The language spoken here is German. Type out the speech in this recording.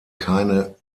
keine